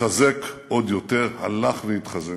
התחזק עוד יותר, הלך והתחזק.